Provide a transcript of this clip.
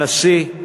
הנשיא,